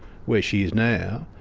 where she is now.